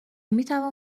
میتوان